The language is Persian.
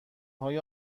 های